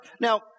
Now